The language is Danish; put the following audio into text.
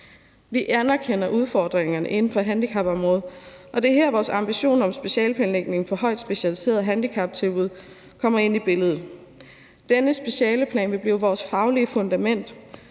Vi anerkender udfordringerne inden for handicapområdet, og det er her, vores ambitioner om specialeplanlægning for højt specialiserede handicaptilbud kommer ind i billedet. Denne specialeplan vil blive vores faglige fundament.